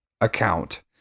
account